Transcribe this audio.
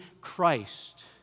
Christ